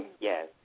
Yes